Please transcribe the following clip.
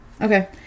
Okay